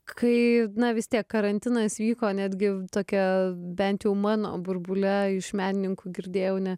kai na vis tiek karantinas vyko netgi tokia bent jau mano burbule iš menininkų girdėjau ne